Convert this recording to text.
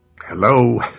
Hello